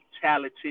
talented